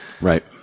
right